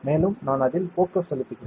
மேலும் நான் அதில் போகஸ் செலுத்துகிறேன்